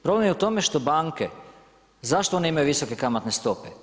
Problem je u tome što banke, zašto one imaju visoke kamatne stope?